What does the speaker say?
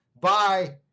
Bye